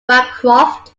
bancroft